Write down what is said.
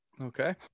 Okay